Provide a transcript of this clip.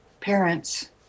parents